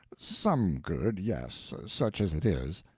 some good, yes such as it is.